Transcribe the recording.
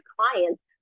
clients